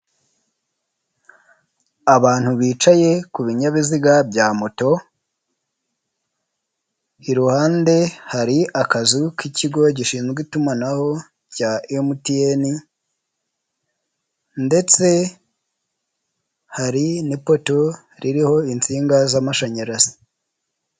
Abantu bicaye ku binyabiziga bya moto. Iruhande hari akazu k'ikigo gishinzwe itumanaho rya MTN ndetse hari n'ipoto ririho insinga z'amashanyarazi.